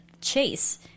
chase